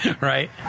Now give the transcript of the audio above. Right